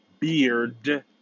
beard